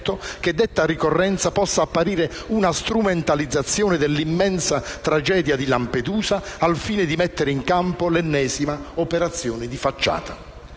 che detta ricorrenza possa apparire una strumentalizzazione dell'immensa tragedia di Lampedusa al fine di mettere in campo l'ennesima operazione di facciata.